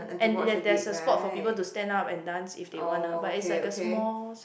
and there there is a spot for people to stand up and dance if they want lah but it's a small side